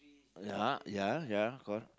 ya ya ya go on